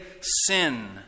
sin